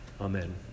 Amen